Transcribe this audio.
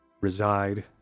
reside